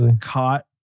caught